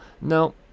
No